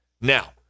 Now